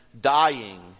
dying